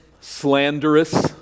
slanderous